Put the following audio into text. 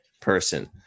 person